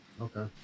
Okay